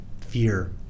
fear